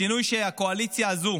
השינוי שהקואליציה הזו